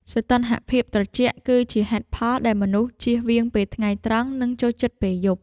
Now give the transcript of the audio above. សីតុណ្ហភាពត្រជាក់គឺជាហេតុផលដែលមនុស្សជៀសវាងពេលថ្ងៃត្រង់ និងចូលចិត្តពេលយប់។